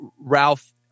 Ralph